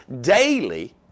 daily